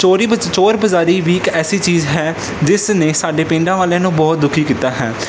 ਚੋਰੀ ਚੋਰ ਬਜ਼ਾਰੀ ਵੀ ਇੱਕ ਐਸੀ ਚੀਜ਼ ਹੈ ਜਿਸ ਨੇ ਸਾਡੇ ਪਿੰਡਾਂ ਵਾਲਿਆਂ ਨੂੰ ਬਹੁਤ ਦੁਖੀ ਕੀਤਾ ਹੈ